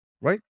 right